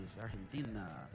Argentina